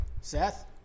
Seth